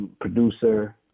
producer